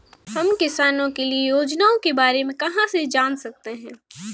हम किसानों के लिए योजनाओं के बारे में कहाँ से जान सकते हैं?